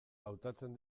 hautatzen